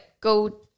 go